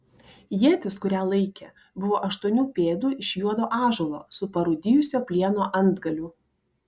ietis kurią laikė buvo aštuonių pėdų iš juodo ąžuolo su parūdijusio plieno antgaliu